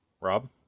Rob